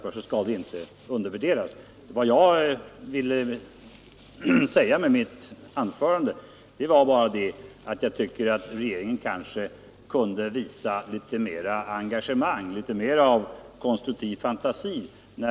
Vad jag ville säga var bara att jag tycker att regeringen kanske kunde visa litet mera engagemang, litet mera konstruktiv fantasi.